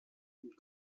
und